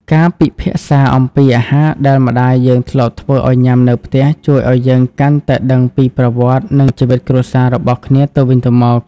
ការពិភាក្សាអំពីអាហារដែលម្ដាយយើងធ្លាប់ធ្វើឱ្យញ៉ាំនៅផ្ទះ ជួយឱ្យយើងកាន់តែដឹងពីប្រវត្តិ និងជីវិតគ្រួសាររបស់គ្នាទៅវិញទៅមក។